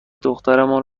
دخترمان